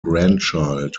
grandchild